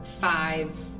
five